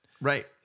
Right